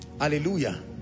hallelujah